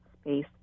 space